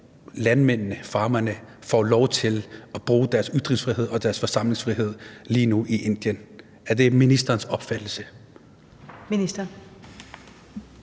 i Indien lige nu får lov til at bruge deres ytringsfrihed og deres forsamlingsfrihed. Er det ministerens opfattelse?